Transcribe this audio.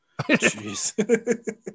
Jeez